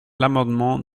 l’amendement